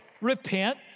repent